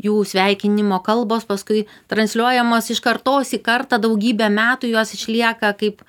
jų sveikinimo kalbos paskui transliuojamos iš kartos į kartą daugybę metų jos išlieka kaip